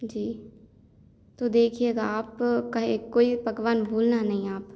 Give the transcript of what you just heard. जी तो देखिएगा आप का एक कोई एक पकवान भूलना नहीं आप